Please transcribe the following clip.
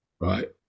right